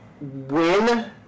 win